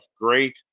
great